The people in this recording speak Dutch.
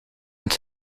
het